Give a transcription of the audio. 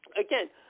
again